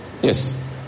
Yes